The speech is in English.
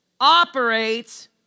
operates